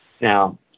Now